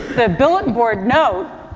the bulletin board note,